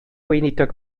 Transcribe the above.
weinidog